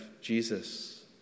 Jesus